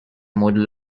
model